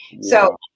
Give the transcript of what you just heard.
So-